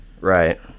Right